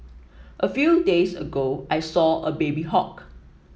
a few days ago I saw a baby hawk